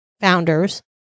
founders